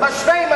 זה יהיה כתם.